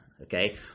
Okay